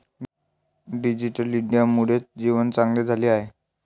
digital इंडियामुळे जीवन चांगले झाले आहे